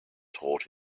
taught